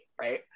right